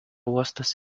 uostas